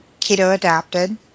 keto-adapted